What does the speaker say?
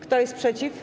Kto jest przeciw?